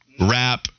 wrap